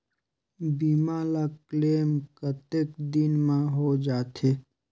बीमा ला क्लेम कतेक दिन मां हों जाथे?